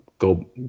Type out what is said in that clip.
go